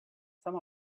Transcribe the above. some